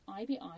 IBI